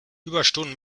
überstunden